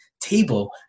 table